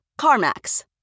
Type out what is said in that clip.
CarMax